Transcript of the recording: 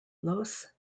los